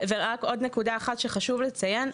רק עוד נקודה אחת שחשוב לציין,